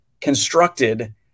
constructed